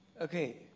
Okay